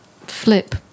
flip